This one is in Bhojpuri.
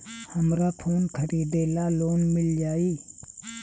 हमरा फोन खरीदे ला लोन मिल जायी?